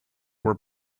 were